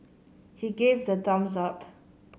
he gave the thumbs up